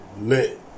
Lit